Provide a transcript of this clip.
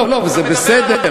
אבל אני לא רוצה להיכנס לפרטים,